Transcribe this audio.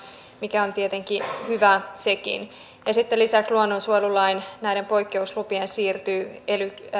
mikä on tietenkin hyvä sekin ja sitten lisäksi luonnonsuojelulain poikkeuslupien siirtyminen ely